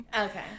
Okay